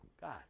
God